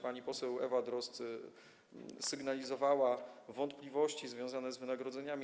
Pani poseł Ewa Drozd sygnalizowała wątpliwości związane z wynagrodzeniami.